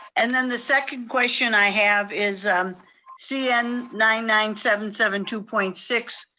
and then the second question i have is c n nine nine seven seven two point six,